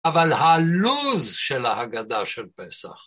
אבל הלוז של ההגדה של פסח.